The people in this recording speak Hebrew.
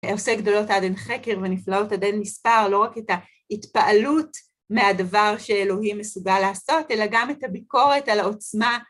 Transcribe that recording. עושה גדולות עד אין חקר ונפלאות עד אין מספר, לא רק את ההתפעלות מהדבר שאלוהים מסוגל לעשות, אלא גם את הביקורת על העוצמה